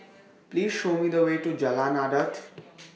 Please Show Me The Way to Jalan Adat